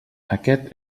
aquest